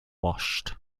washed